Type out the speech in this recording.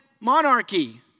monarchy